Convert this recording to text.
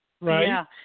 Right